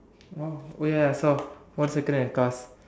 oh ya ya I saw one have